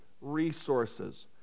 resources